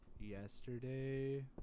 yesterday